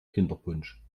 kinderpunsch